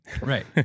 right